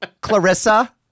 clarissa